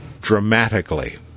dramatically